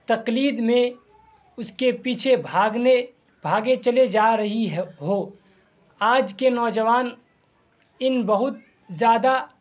تقلید میں اس کے پیچھے بھاگنے بھاگے چلے جا رہی ہو آج کے نوجوان ان بہت زیادہ